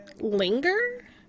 linger